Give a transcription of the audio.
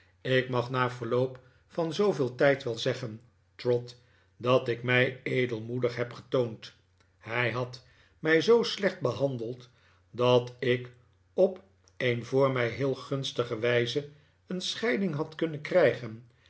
ik mag na verloop van zooveel tijd wel zeggen trot dat ik mij edelmoedig heb getoond hij had mij zoo slecht behandeld dat ik op een voor mij heel gunstige wijze een scheiding had kiinnen krijgen